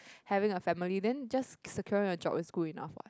having a family then just securing a job is good enough what